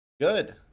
good